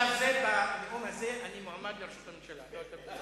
בשלב זה, בנאום הזה, אני מועמד לראשות הממשלה.